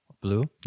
blue